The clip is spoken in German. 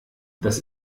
das